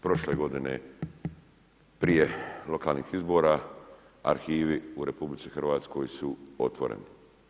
Prošle godine prije lokalnih izbora arhivi u RH su otvoreni.